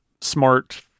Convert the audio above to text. smart